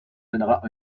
donnera